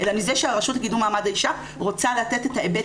אלא מזה שהרשות לקידום מעמד האישה רוצה לתת את ההיבט